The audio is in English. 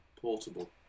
Portable